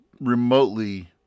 remotely